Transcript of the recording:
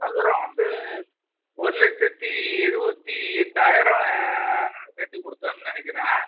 சதுரம் வந்து ஒரு லட்சத்து எழுபத்தி எட்டாயிரம் கட்டி கொடுத்தேன்னு நினைக்கிறேன்